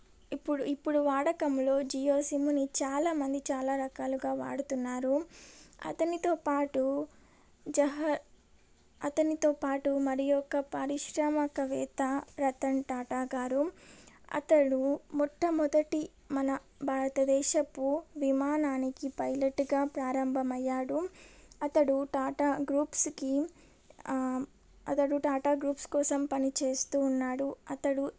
ఇప్పుడు ఇప్పుడు వాడకంలో జియో సిమ్ని చాలా మంది చాలా రకాలుగా వాడుతున్నారు అతనితో పాటు జహ అతనితో పాటు మరియొక పారిశ్రామికవేత్త రతన్ టాటా గారు అతడు మొట్టమొదటి మన భారతదేశపు విమానానికి పైలెట్గా ప్రారంభమయ్యాడు అతడు టాటా గ్రూప్స్కి అతడు టాటా గ్రూప్స్ కోసం పని చేస్తూ ఉన్నాడు అతడు